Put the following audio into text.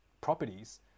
properties